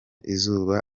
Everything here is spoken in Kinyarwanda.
izuba